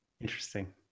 Interesting